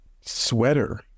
sweater